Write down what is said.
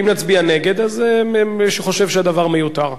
אם נצביע נגד, אז מישהו חושב שהדבר מיותר.